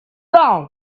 down